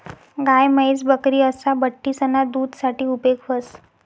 गाय, म्हैस, बकरी असा बठ्ठीसना दूध साठे उपेग व्हस